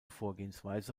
vorgehensweise